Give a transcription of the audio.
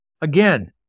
Again